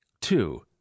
two